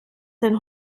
sein